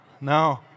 No